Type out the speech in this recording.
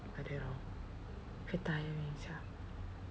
like that lor very tiring sia